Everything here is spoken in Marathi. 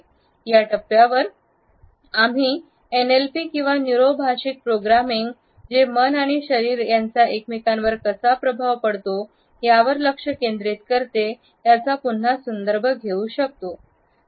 या टप्प्यावर आम्ही एनएलपी किंवा न्यूरो भाषिकप्रोग्रामिंग जे मन आणि शरीरा यांचा एकमेकांवर कसा प्रभाव पाडते यावर लक्ष केंद्रित करते पुन्हा संदर्भ घेऊ शकतो